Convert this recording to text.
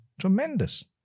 Tremendous